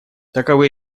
таковы